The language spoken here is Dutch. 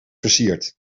versiert